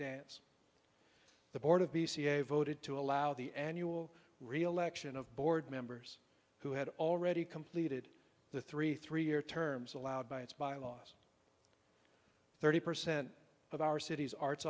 dance the board of dca voted to allow the annual reelection of board members who had already completed the three three year terms allowed by its byelaws thirty percent of our city's arts